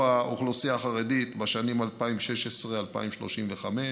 האוכלוסייה החרדית בשנים 2016 2035,